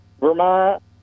Vermont